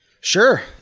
Sure